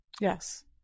Yes